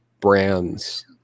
brands